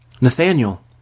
Nathaniel